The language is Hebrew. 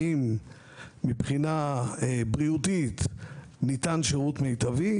האם מבחינה בריאותית ניתן שירות מיטבי?